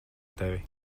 tevi